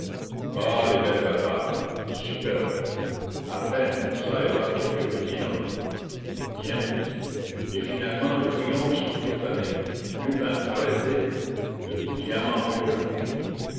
ah les belles batailles superbes à peine ça et là quelques petits ennuis mais de si peu d'importance de si peu en effet et finalement le triomphe sur toute la ligne lupin arrêté le diamant bleu reconquis